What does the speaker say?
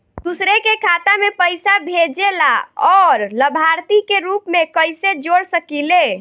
दूसरे के खाता में पइसा भेजेला और लभार्थी के रूप में कइसे जोड़ सकिले?